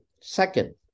Second